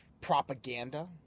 propaganda